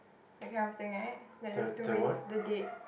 I can't think of it like that's two ways the date